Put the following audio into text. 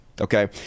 okay